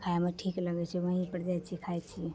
खाइमे ठीक लगै छै वहीँपर जाइ छिए खाइ छिए